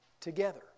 together